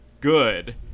good